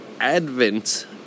advent